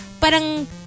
parang